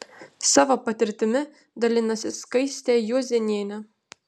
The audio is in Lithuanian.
savo patirtimi dalinasi skaistė juozėnienė